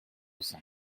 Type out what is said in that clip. cinq